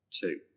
Two